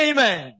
Amen